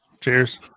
Cheers